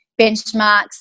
benchmarks